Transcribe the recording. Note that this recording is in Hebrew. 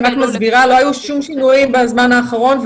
לא היו שינויים בזמן האחרון.